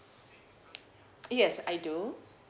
yes I do